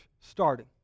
starting